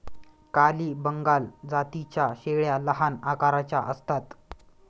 काली बंगाल जातीच्या शेळ्या लहान आकाराच्या असतात